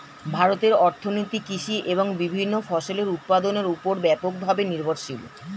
ভারতের অর্থনীতি কৃষি এবং বিভিন্ন ফসলের উৎপাদনের উপর ব্যাপকভাবে নির্ভরশীল